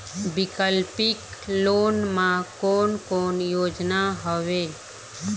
वैकल्पिक लोन मा कोन कोन योजना हवए?